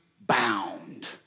bound